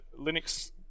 linux